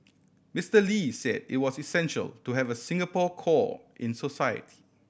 Mister Lee say it was essential to have a Singapore core in society